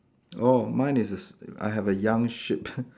oh mine is this I have a young sheep